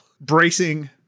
Bracing